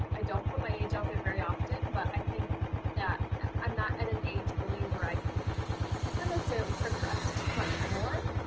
i don't put my age out there very often, but i think that i'm not at an age really where i can not necessarily progress too much more,